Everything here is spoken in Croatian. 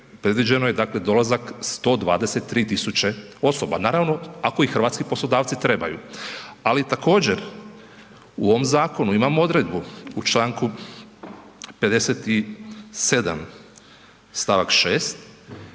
predviđeno je dakle dolazak 123.000 osoba. Naravno ako ih hrvatski poslodavci trebaju, ali također u ovom zakonu imamo odredbu u Članku 57.